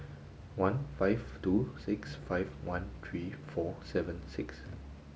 one five two six five one three four seven six